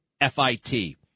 F-I-T